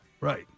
Right